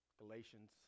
Galatians